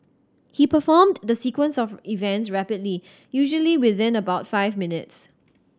he performed the sequence of events rapidly usually within about five minutes